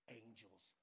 angels